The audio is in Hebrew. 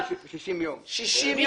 הנסיבות